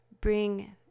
bring